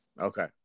Okay